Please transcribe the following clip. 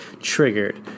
triggered